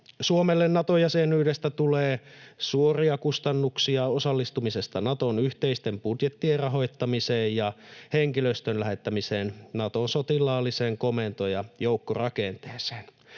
Suomelle Nato-jäsenyydestä tulee suoria kustannuksia osallistumisesta Naton yhteisten budjettien rahoittamiseen ja henkilöstön lähettämiseen Naton sotilaalliseen komento- ja joukkorakenteeseen.